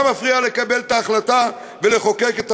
מה מפריע לו לקבל את ההחלטה ולחוקק את